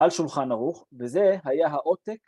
‫על שולחן ערוך, וזה היה העותק.